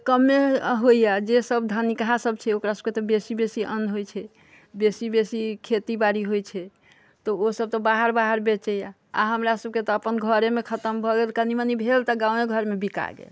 कमे होइए जे सब धनिकहा सब छै ओकरा सबके तऽ बेसी बेसी अन्न होइ छै बेसी बेसी खेती बाड़ी होइ छै तऽ ओसब तऽ बाहर बाहर बेचैया आओर हमरासबके तऽ अपन घरेमे खतम भऽ गेल कनी मनी भेल तऽ गाँवे घरमे बिका गेल